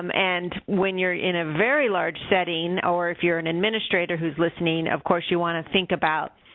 um and when you're in a very large setting or if you're an administrator who's listening, of course, you want to think about